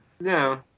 No